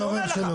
אני אומר לך,